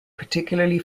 particularly